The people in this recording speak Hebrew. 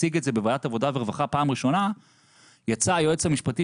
הציג את זה בוועדת עבודה ורווחה בפעם הראשונה יצא היועץ המשפטי